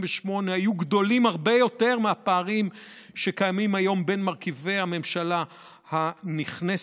היו גדולים הרבה יותר מהפערים שקיימים היום בין מרכיבי הממשלה הנכנסת,